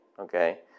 Okay